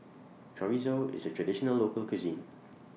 Chorizo IS A Traditional Local Cuisine